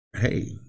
hey